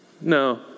no